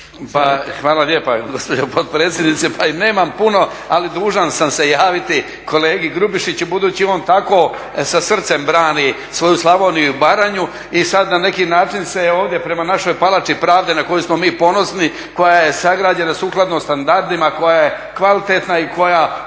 Pa hvala lijepa gospođo potpredsjednice. Pa i nemam puno, ali dužan sam se javiti kolegi Grubišiću budući on tako sa srcem brani svoju Slavoniju i Baranju i sad na neki način se ovdje prema našoj palači pravde na koju smo mi ponosni, koja je sagrađena sukladno standardima, koja je kvalitetna i koja